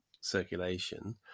circulation